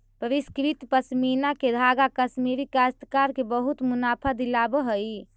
परिष्कृत पशमीना के धागा कश्मीरी काश्तकार के बहुत मुनाफा दिलावऽ हई